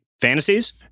fantasies